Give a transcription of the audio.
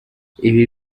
ibi